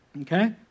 Okay